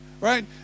right